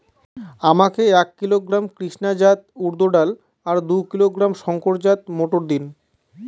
আমাকে এক কিলোগ্রাম কৃষ্ণা জাত উর্দ ডাল আর দু কিলোগ্রাম শঙ্কর জাত মোটর দিন?